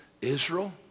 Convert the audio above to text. Israel